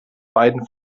beiden